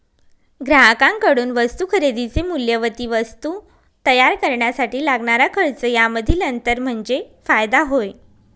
ग्राहकांकडून वस्तू खरेदीचे मूल्य व ती वस्तू तयार करण्यासाठी लागणारा खर्च यामधील अंतर म्हणजे फायदा होय